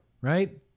right